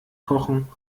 kochen